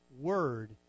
word